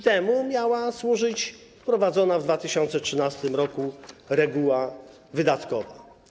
Temu miała służyć wprowadzona w 2013 r. reguła wydatkowa.